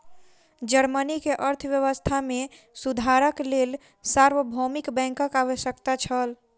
Germany के अर्थव्यवस्था मे सुधारक लेल सार्वभौमिक बैंकक आवश्यकता छल